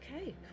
Okay